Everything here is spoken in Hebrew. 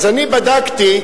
אני בדקתי,